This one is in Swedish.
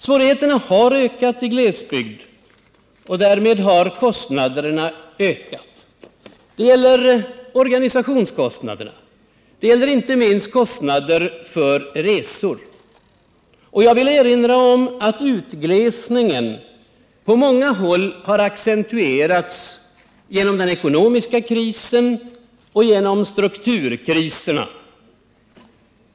Svårigheterna har ökat i glesbygden och därmed kostnaderna. Det gäller organisationskostnader och det gäller — inte minst — kostnader för resor. Jag vill erinra om att utglesningen på många håll har accentuerats genom den ekonomiska krisen och genom strukturkriserna.